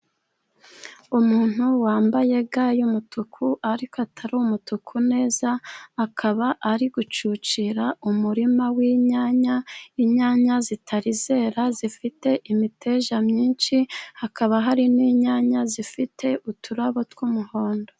Umuntu wambaye ga y'umutuku ariko atari umutuku neza, akaba ari gucucira umurima w'inyanya. Inyanya zitari zera zifite imiteja myinshi, hakaba hari n'inyanya zifite uturabo tw'umuhondo.